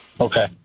Okay